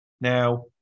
now